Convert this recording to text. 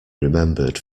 remembered